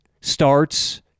starts